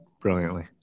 brilliantly